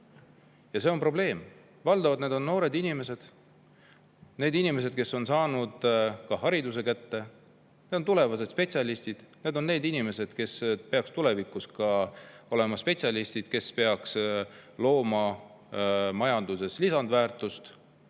See on probleem. Valdavalt on need noored inimesed, need inimesed, kes on saanud hariduse kätte. Need on tulevased spetsialistid. Need on need inimesed, kes peaksid tulevikus olema spetsialistid ja looma majanduses lisandväärtust.